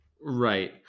Right